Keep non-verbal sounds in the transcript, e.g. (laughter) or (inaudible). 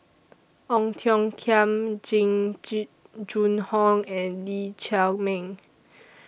Ong Tiong Khiam Jing (unintelligible) Jun Hong and Lee Chiaw Meng